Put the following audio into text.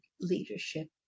leadership